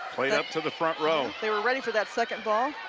played up to the front row. they were ready for that second ball.